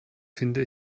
finde